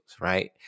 right